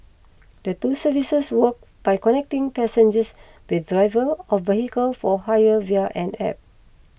the two services work by connecting passengers with drivers of vehicles for hire via an App